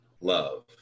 love